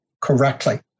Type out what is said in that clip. correctly